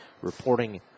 Reporting